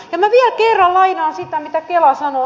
ja minä vielä kerran lainaan sitä mitä kela sanoo